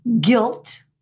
Guilt